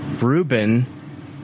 Ruben